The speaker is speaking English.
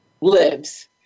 lives